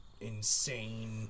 insane